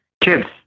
kids